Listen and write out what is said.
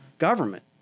government